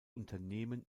unternehmen